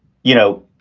you know,